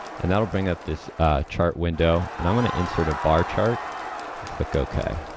and that will bring up this chart window, and i'm going to insert a bar chart click ok